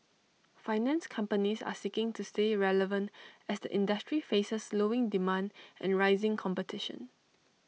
finance companies are seeking to stay relevant as the industry faces slowing demand and rising competition